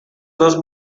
dos